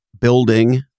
building